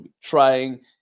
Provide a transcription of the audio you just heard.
trying